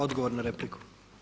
Odgovor na repliku.